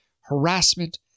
harassment